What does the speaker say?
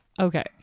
Okay